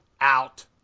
Out